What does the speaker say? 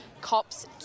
cops